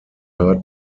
heard